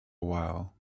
while